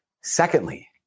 Secondly